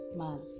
man